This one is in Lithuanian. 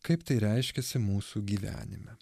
kaip tai reiškiasi mūsų gyvenime